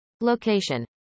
Location